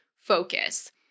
focus